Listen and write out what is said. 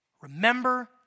remember